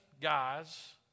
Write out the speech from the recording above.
guys